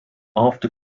after